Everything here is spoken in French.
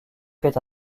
fait